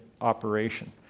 operation